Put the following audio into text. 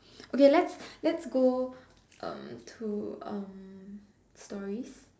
okay let's let's go um to um stories